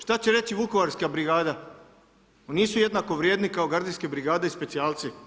Što će reći vukovarska brigada, nisu jednako vrijedni kao gardijske brigade i specijalci?